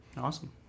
Awesome